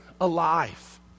alive